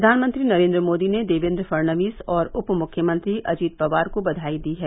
प्रधानमंत्री नरेन्द्र मोदी ने देवेन्द्र फड़नवीस और उपमुख्यमंत्री अजित पवार को बधाई दी है